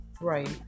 Right